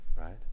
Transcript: right